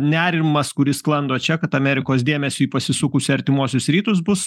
nerimas kuris sklando čia kad amerikos dėmesiui pasisukus į artimuosius rytus bus